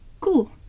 Cool